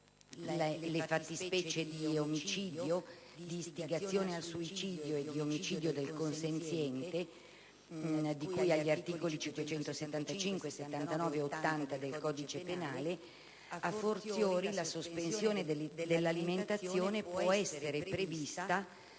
le fattispecie di omicidio, di istigazione al suicidio e di omicidio del consenziente, di cui agli articoli 575, 579 e 580 del codice penale, *a fortiori* la sospensione dell'alimentazione può essere prevista